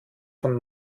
von